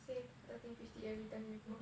save thirteen fifty every time you go